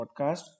podcast